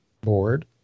board